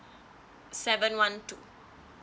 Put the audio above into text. seven one two